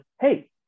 hey